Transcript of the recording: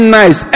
nice